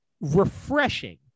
refreshing